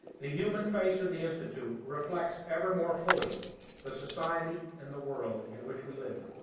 the human face of the institute reflects ever more fully the society and the world in which we live.